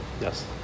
Yes